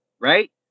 right